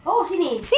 oh sini